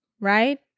right